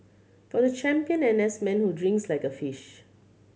for the champion N S man who drinks like a fish